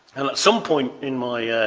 at some point in my